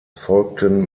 folgten